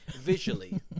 Visually